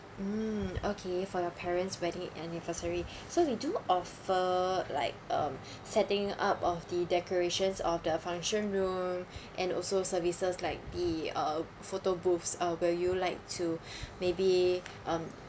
mm okay for your parents wedding anniversary so we do offer like um setting up of the decorations of the function room and also services like the uh photo booths uh will you like to maybe um